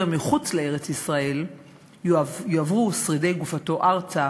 מחוץ לארץ-ישראל יועברו שרידי גופתו ארצה,